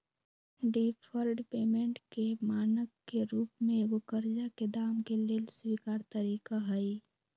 deferred payment के मानक के रूप में एगो करजा के दाम के लेल स्वीकार तरिका हइ